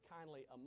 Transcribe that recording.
kindly